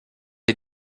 est